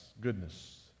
goodness